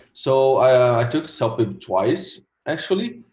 so i took celpip twice actually.